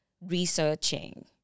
researching